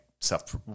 self